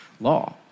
law